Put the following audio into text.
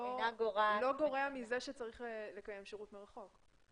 לא גורע מזה שצריך לקיים שירות מרחוק.